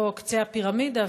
בהיותו קצה הפירמידה,